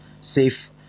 safe